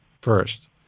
first